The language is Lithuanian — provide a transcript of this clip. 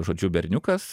žodžiu berniukas